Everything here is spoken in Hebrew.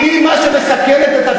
חיליק,